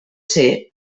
ser